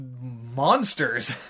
monsters